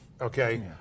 Okay